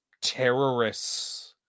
Terrorists